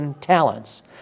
talents